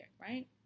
right